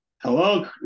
Hello